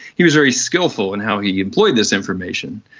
he was very skilful in how he employed this information.